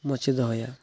ᱢᱚᱡᱽᱼᱮ ᱫᱚᱦᱚᱭᱟ